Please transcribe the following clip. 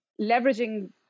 leveraging